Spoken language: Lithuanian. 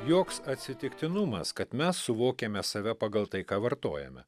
joks atsitiktinumas kad mes suvokiame save pagal tai ką vartojame